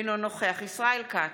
אינו נוכח ישראל כץ,